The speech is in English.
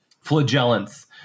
flagellants